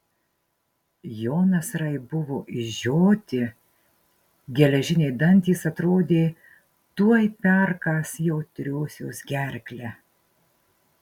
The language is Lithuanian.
jo nasrai buvo išžioti geležiniai dantys atrodė tuoj perkąs jautriosios gerklę